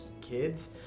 kids